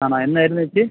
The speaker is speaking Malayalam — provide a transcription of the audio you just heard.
ആണോ എന്നായിരുന്നു ചേച്ചി